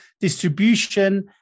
distribution